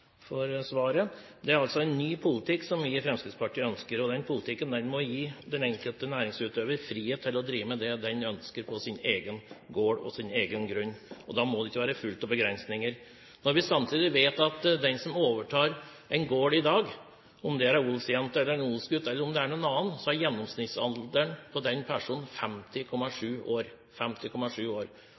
for svaret. Det er altså en ny politikk vi i Fremskrittspartiet ønsker, og den politikken må gi den enkelte næringsutøver frihet til å drive med det en ønsker på sin egen gård og sin egen grunn. Da må det ikke være fullt av begrensninger. Når vi samtidig vet at for personer som overtar en gård i dag – om det er en odelsjente, en odelsgutt eller en annen – er